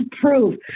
prove